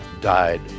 died